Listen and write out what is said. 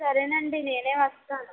సరేనండి నేనే వస్తాను